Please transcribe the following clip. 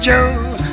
Joe